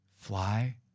fly